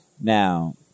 now